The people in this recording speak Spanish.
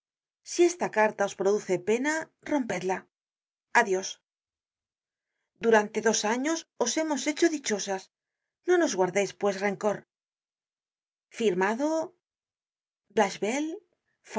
si esta carta os produce pena rompedla adios durante dos años os hemos hecho dichosas no nos guardeis pues rencor firmado